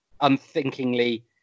unthinkingly